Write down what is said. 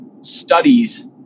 studies